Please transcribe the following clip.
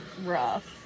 rough